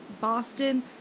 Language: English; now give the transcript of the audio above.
boston